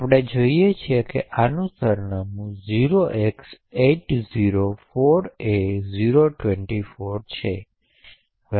આપણે જોઈએ છીએ કે આનું સરનામું 0x804A024 છે